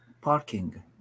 parking